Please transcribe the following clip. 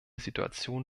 situation